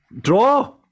Draw